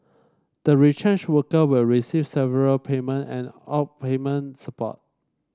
the retrenched worker will receive severance payment and outplacement support